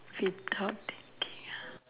without thinking ah